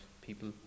people